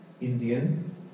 Indian